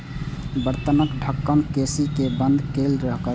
बर्तनक ढक्कन कसि कें बंद कैल करू